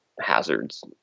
hazards